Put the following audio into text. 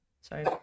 Sorry